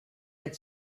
had